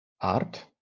art